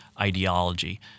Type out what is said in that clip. ideology